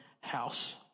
house